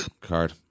card